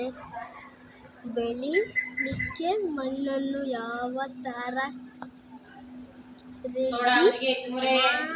ಭತ್ತದ ಕೊಯ್ಲು ಆದಮೇಲೆ ಗದ್ದೆಯಲ್ಲಿ ತರಕಾರಿ ಬೆಳಿಲಿಕ್ಕೆ ಮಣ್ಣನ್ನು ಯಾವ ತರ ರೆಡಿ ಮಾಡ್ತಾರೆ?